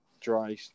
dry